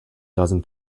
dozen